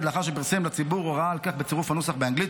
לאחר שפרסם לצירוף הוראה על כך בצורף הנוסח באנגלית,